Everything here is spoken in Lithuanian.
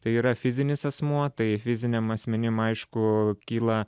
tai yra fizinis asmuo tai fiziniam asmenim aišku kyla